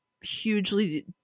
hugely